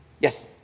Yes